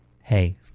hey